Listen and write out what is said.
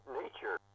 nature